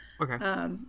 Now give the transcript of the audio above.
Okay